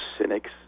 cynics